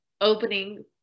opening